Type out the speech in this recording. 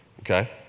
Okay